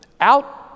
out